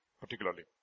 particularly